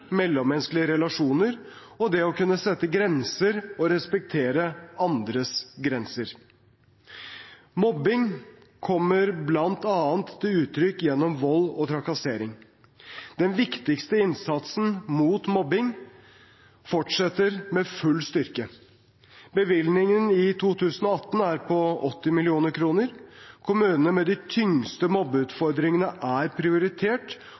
mellommenneskelige relasjoner og det å kunne sette grenser og respektere andres grenser. Mobbing kommer bl.a. til uttrykk gjennom vold og trakassering. Den viktigste innsatsen mot mobbing fortsetter med full styrke. Bevilgningen i 2018 er på 80 mill. kr. Kommunene med de tyngste mobbeutfordringene er prioritert